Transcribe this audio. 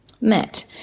met